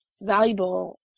valuable